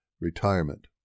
retirement